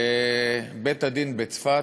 בית-הדין בצפת,